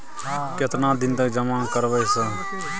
केतना दिन तक जमा करबै सर?